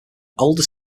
older